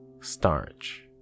starch